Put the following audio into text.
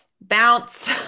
Bounce